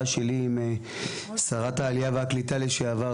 שלי עם שרת העלייה והקליטה לשעבר,